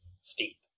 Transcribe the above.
steep